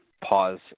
pause